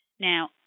Now